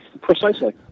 Precisely